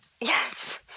Yes